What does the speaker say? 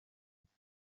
rwabo